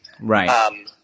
Right